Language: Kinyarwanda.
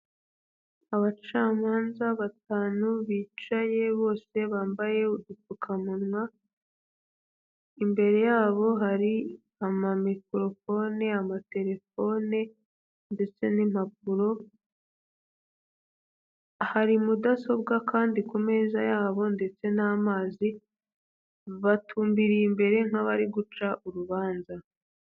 Abacamanza batanu bicaye, bose bambaye udupfukamunwa, imbere yabo hari amamikorofone, amatelefone ndetse n'impapuro, hari mudasobwa kandi ku meza yabo ndetse n'amazi, batumbiriye imbere nk'abari guca urubanza.